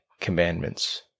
commandments